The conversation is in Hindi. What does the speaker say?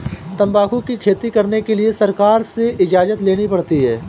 तंबाकू की खेती करने के लिए सरकार से इजाजत लेनी पड़ती है